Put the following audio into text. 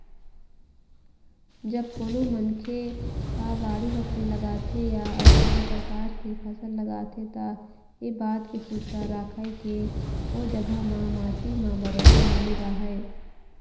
जब कोनो मनखे ह बाड़ी बखरी लगाथे या अउ कोनो परकार के फसल लगाथे त ऐ बात के सुरता राखय के ओ जघा म माटी म बरोबर नमी रहय